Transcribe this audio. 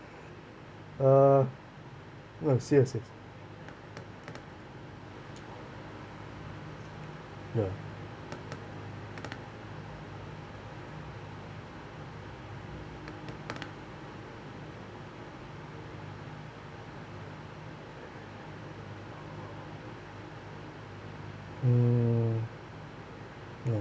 uh no I see I see ya mm